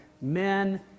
men